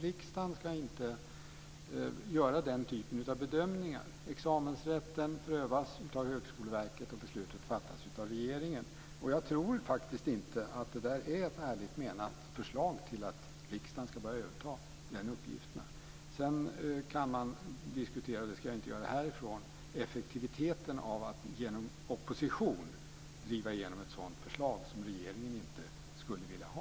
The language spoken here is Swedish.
Riksdagen ska inte göra den typen av bedömningar. Examensrätten prövas av Högskoleverket, och beslutet fattas av regeringen. Jag tror faktiskt inte att det är ett ärligt menat förslag att riksdagen ska börja överta de uppgifterna. Sedan kan man diskutera - men det ska jag inte göra härifrån - effektiviteten av att genom opposition driva igenom ett sådant förslag, som regeringen inte skulle vilja ha.